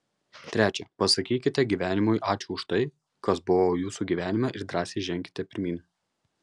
trečia pasakykite gyvenimui ačiū už tai kas buvo jūsų gyvenime ir drąsiai ženkite pirmyn